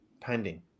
pending